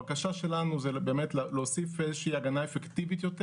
הבקשה שלנו זה באמת להוסיף איזה שהיא הגנה אפקטיבית יותר